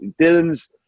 Dylan's